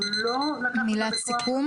הוא לא לקח אותו בכוח,